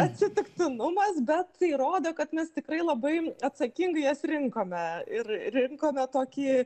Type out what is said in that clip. atsitiktinumas bet tai rodo kad mes tikrai labai atsakingai jas rinkome ir rinkome tokį